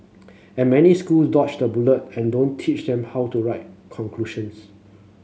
and many school dodge the bullet and don't teach them how to write conclusions